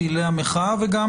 פעילי המחאה וגם,